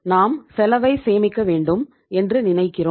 நாம் செலவை சேமிக்க வேண்டும் என்று நினைக்கிறோம்